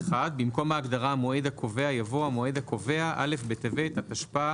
1. במקום ההגדרה המועד הקובע יבוא: המועד הקובע א' בטבת התשפ"ה,